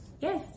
Yes